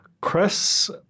Chris